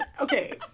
okay